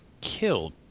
killed